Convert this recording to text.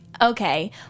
okay